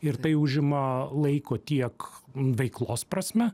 ir tai užima laiko tiek veiklos prasme